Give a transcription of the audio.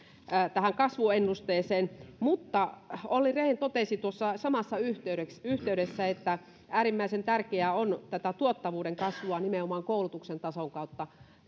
kasvuennusteeseen mutta olli rehn totesi tuossa samassa yhteydessä yhteydessä että äärimmäisen tärkeää on tätä tuottavuuden kasvua nimenomaan koulutuksen tason kautta